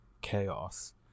chaos